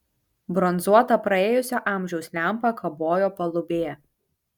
bronzuota praėjusio amžiaus lempa kabojo palubėje